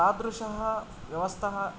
तादृशी व्यवस्था